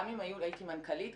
הייתי מנכ"לית,